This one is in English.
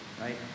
Right